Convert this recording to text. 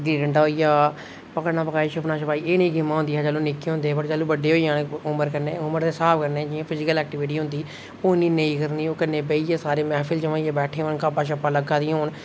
गिल्ली डंडा होई गेआ भुग्गना पगाई छुप्पन छुपाई एह् नेहीं गेमां होंदियां हियां जैह्लूं निक्के होंदे पर जैह्लूं बड्डे होई जन उमर कन्नै उमर दे स्हाब कन्नै जि'यां फिजिकल एक्टीविटी होंदी ही ओह् इन्नी नेईं करनी ओह् सारे किट्ठे होइयै मैह्फिल जमानी ते गप्पां लग्गा दियां होन